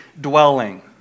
dwelling